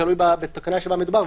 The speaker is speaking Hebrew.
תלוי בתקנה שבה מדובר,